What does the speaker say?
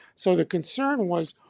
so, their concern was,